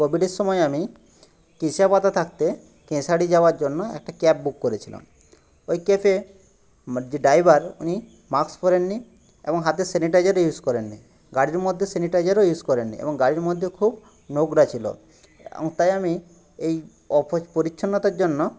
কোভিডের সময় আমি থাকতে কেশারী যাওয়ার জন্য একটা ক্যাব বুক করেছিলাম ওই ক্যাবে যে ড্রাইভার উনি মাস্ক পড়েন নি এবং হাতে স্যানিটাইজারও ইউস করেন নি গাড়ির মধ্যে স্যানিটাইজারও ইউস করেন নি এবং গাড়ির মধ্যে খুব নোংরা ছিল তাই আমি এই অপরিচ্ছন্নতার জন্য